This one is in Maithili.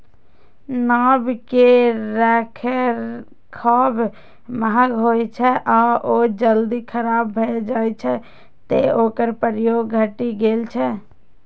नाव के रखरखाव महग होइ छै आ ओ जल्दी खराब भए जाइ छै, तें ओकर प्रयोग घटि गेल छै